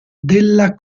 della